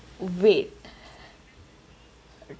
wait